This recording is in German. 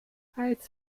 als